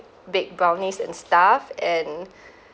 bake brownies and stuff and